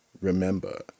Remember